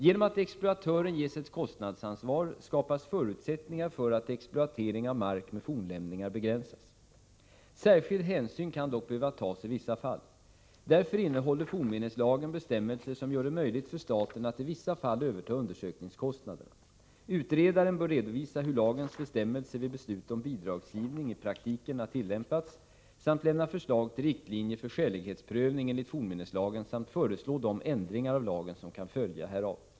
Genom att exploatören ges ett kostnadsansvar skapas förutsättningar för att exploatering av mark med fornlämningar begränsas. Särskilda hänsyn kan dock behöva tas i vissa fall. Därför innehåller fornminneslagen bestämmelser som gör det möjligt för staten att i vissa fall överta undersökningskostnaderna. Utredaren bör redovisa hur lagens bestämmelser vid beslut om bidragsgiv ning i praktiken har tillämpats, lämna förslag till riktlinjer för skälighetsprövning enligt fornminneslagen samt föreslå de ändringar av lagen som kan följa härav.